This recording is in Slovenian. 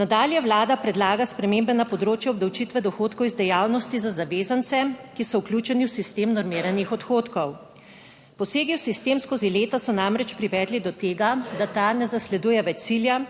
Nadalje Vlada predlaga spremembe na področju obdavčitve dohodkov iz dejavnosti za zavezance, ki so vključeni v sistem normiranih odhodkov. Posegi v sistem skozi leta so namreč privedli do tega, da ta ne zasleduje več cilja,